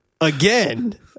Again